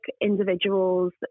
individuals